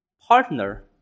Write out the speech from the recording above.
Partner